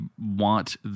want